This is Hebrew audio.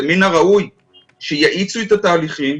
מן הראוי שיאיצו את התהליכים,